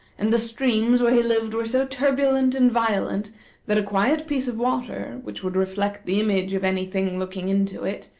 and the streams where he lived were so turbulent and violent that a quiet piece of water, which would reflect the image of any thing looking into it,